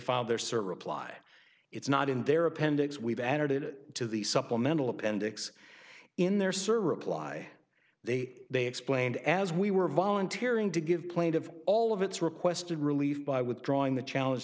file their search reply it's not in their appendix we've added it to the supplemental appendix in their server reply they they explained as we were volunteering to give plaintive all of its requested relief by withdrawing the challenge